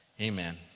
Amen